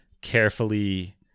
carefully